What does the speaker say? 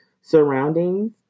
surroundings